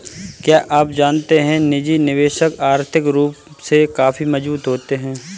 क्या आप जानते है निजी निवेशक आर्थिक रूप से काफी मजबूत होते है?